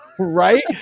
right